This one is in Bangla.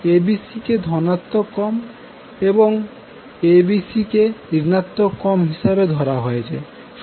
abc কে ধনাত্মক ক্রম এবং acb কে ঋণাত্মক ক্রম হিসেবে ধরা হয়েছে